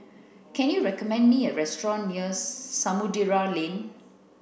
can you recommend me a restaurant nears Samudera Lane